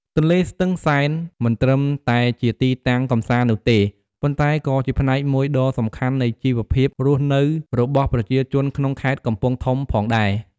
ទន្លេស្ទឹងសែនមិនត្រឹមតែជាទីតាំងកម្សាន្តនោះទេ ប៉ុន្តែក៏ជាផ្នែកមួយដ៏សំខាន់នៃជីវភាពរស់នៅរបស់ប្រជាជនក្នុងខេត្តកំពង់ធំផងដែរ។